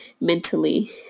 mentally